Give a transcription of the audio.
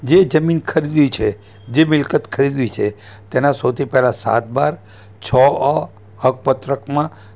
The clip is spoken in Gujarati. જે જમીન ખરીદી છે જે મિલકત ખરીદી છે તેનાં સૌથી પહેલાં સાત બાર છ અ હક્ક પત્રકમાં